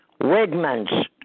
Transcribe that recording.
Wigman's